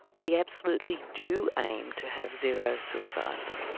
we absolutely do aim to have zero suicides,